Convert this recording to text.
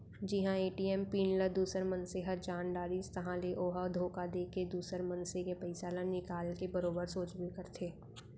जिहां ATM PIN ल दूसर मनसे ह जान डारिस ताहाँले ओ ह धोखा देके दुसर मनसे के पइसा ल निकाल के बरोबर सोचबे करथे